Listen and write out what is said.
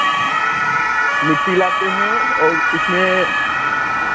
मिट्टी लाते हैं और इसमें